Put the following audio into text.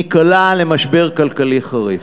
ניקלע למשבר כלכלי חריף.